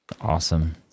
Awesome